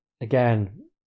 Again